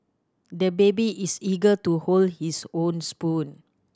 the baby is eager to hold his own spoon